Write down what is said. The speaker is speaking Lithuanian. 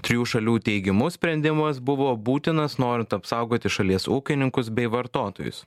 trijų šalių teigimu sprendimas buvo būtinas norint apsaugoti šalies ūkininkus bei vartotojus